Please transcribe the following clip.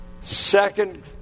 Second